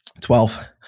Twelve